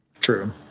true